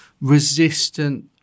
resistant